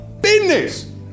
business